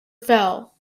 fell